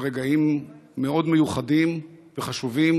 אלה רגעים מאוד מיוחדים וחשובים,